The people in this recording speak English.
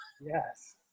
Yes